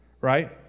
right